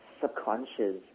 subconscious